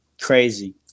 crazy